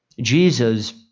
Jesus